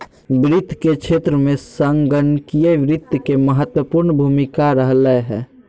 वित्त के क्षेत्र में संगणकीय वित्त के महत्वपूर्ण भूमिका रहलय हें